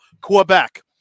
Quebec